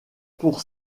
pour